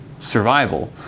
survival